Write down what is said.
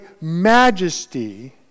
majesty